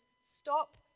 stop